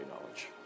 knowledge